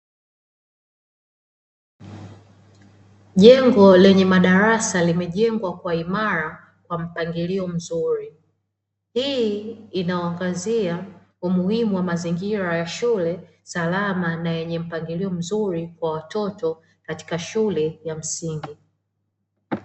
Jengo lenye madarasa limejengwa kwa uimara kwa mpangilio mzuri, hii inawaangazia umuhimu wa mazingira ya shule salama na yenye mpangilio mzuri kwa watoto katika shule ya masingi.